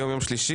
היום יום שלישי,